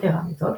יתרה מזאת,